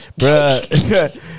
bruh